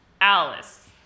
Alice